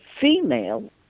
female